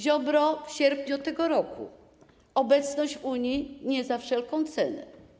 Ziobro w sierpniu tego roku: „Obecność w Unii nie za wszelką cenę”